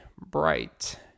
bright